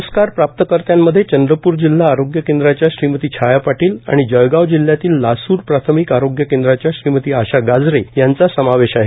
प्रस्कार प्राप्तकर्त्यांमध्ये चंद्रपूर जिल्हा आरोग्य केंद्राच्या श्रीमती छया पादील आणि जळ्याव जिल्ह्यातील लासूर प्राथमिक आरोग्य केंद्राच्या श्रीमती आशा गाजरे यांचा समावेश आहे